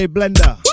Blender